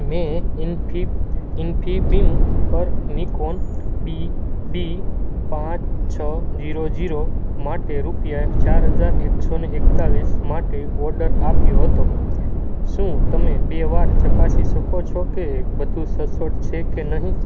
મેં ઇન્ફીબીમ પર Nikon D D પાંચ છ જીરો જીરો માટે રૂપિયા ચાર હજાર એકસો ને એકતાલીસ માટે ઓર્ડર આપ્યો હતો શું તમે બે વાર ચકાસી શકો છો કે બધું સચોટ છે કે નહીં